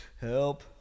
Help